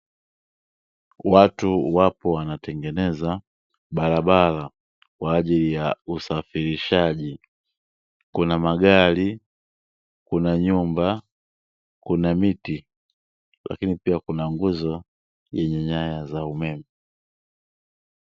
Watu wapo wanatengeneza barabara kwa ajili ya usafirishaji kuna magari ,kuna nyumba, kuna miti, lakini pia kuna nguzo yenye nyanya za umeme.